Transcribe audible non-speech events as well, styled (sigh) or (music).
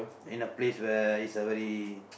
in a place where is very (noise)